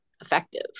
effective